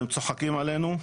והם צוחקים עלינו,